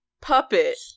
puppet